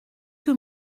que